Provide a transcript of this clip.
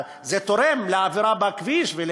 זה תורם לאווירה בכביש.